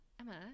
Emma